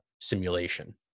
simulation